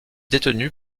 détenu